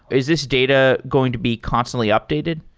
is this data going to be constantly updated?